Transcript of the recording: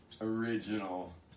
Original